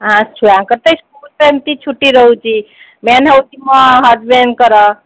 ହଁ ଛୁଆଙ୍କର ତ ସ୍କୁଲ୍ ସେମତି ଛୁଟି ରହୁଛି ମେନ୍ ହେଉଛି ମୋ ହଜବ୍ୟାଣ୍ଡଙ୍କର